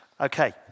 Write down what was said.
okay